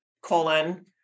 colon